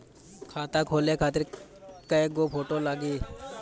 खाता खोले खातिर कय गो फोटो लागी?